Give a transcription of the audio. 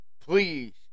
Please